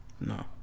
No